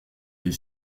les